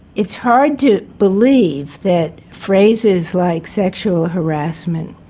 it's hard to believe that phrases like sexual harassment,